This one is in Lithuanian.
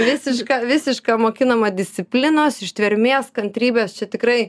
visiška visiška mokinama disciplinos ištvermės kantrybės čia tikrai